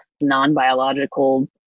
non-biological